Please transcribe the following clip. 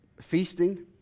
feasting